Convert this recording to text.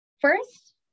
First